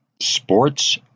Sports